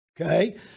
Okay